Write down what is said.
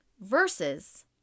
versus